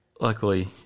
luckily